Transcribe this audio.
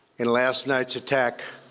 in last night's attack.